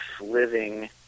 living